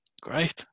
Great